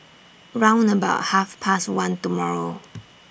round about Half Past one tomorrow